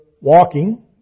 walking